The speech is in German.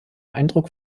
eindruck